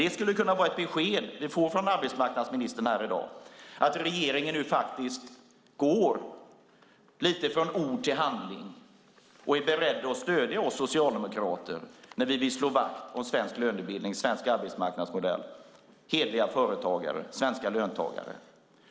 Det skulle kunna vara ett besked från arbetsmarknadsministern här i dag att regeringen nu lite grann går från ord till handling och är beredd att stödja oss socialdemokrater när vi vill slå vakt om svensk lönebildning, svensk arbetsmarknadsmodell, hederliga företagare, svenska löntagare.